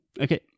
Okay